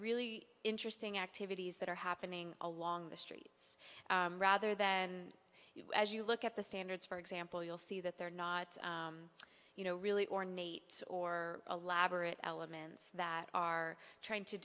really interesting activities that are happening along the streets rather than as you look at the standards for example you'll see that they're not you know really ornate or a lab or it elements that are trying to